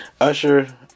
usher